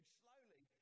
slowly